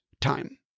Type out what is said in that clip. time